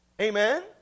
Amen